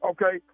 Okay